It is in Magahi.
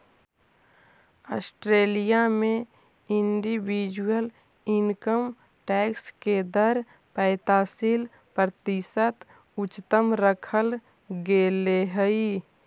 ऑस्ट्रेलिया में इंडिविजुअल इनकम टैक्स के दर पैंतालीस प्रतिशत उच्चतम रखल गेले हई